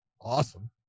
Awesome